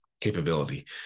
Capability